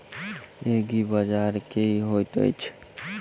एग्रीबाजार की होइत अछि?